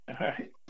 right